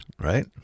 Right